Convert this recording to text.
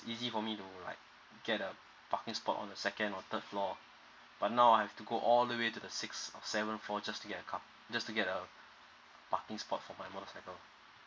easy for me to like get a parking spot on the second or third floor but now I've to go all the way to the six or seven floor just to get a car just to get a parking spot for my motorcycle